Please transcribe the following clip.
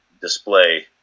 display